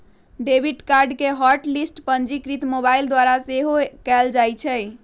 debit card के hot list पंजीकृत mobile द्वारा सेहो कएल जाइ छै